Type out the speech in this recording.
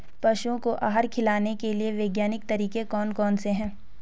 पशुओं को आहार खिलाने के लिए वैज्ञानिक तरीके कौन कौन से हैं?